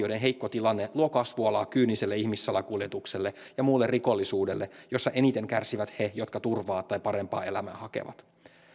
valtioiden heikko tilanne luo kasvualaa kyyniselle ihmissalakuljetukselle ja muulle rikollisuudelle josta eniten kärsivät he jotka turvaa tai parempaa elämää hakevat